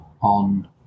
on